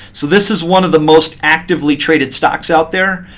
so this is one of the most actively traded stocks out there.